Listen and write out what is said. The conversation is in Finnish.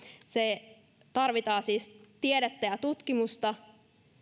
tarvitaan siis tiedettä ja tutkimusta